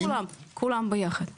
כולם, כולם ביחד כן.